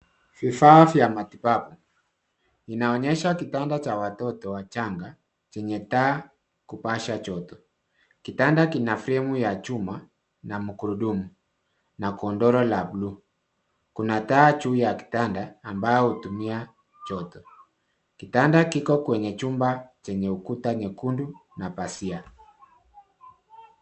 Vifaa vya matibabu. Inaonyesha kitanda cha watoto wachanga chenye taa kupasha joto. Kitanda kina fremu ya chuma na magurudumu na godoro la buluu. Kuna taa juu ya kitanda, ambayo hutumia joto. Kitanda kiko kwenye chumba chenye kuta nyekundu, na pazia.